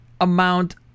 amount